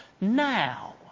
now